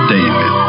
David